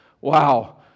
Wow